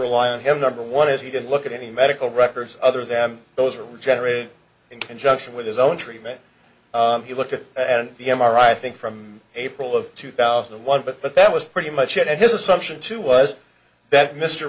rely on him number one as he did look at any medical records other than those are generated in conjunction with his own treatment he looked at and the m r i i think from april of two thousand and one but that was pretty much it and his assumption too was that mr